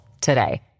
today